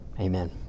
Amen